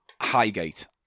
Highgate